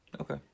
Okay